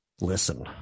listen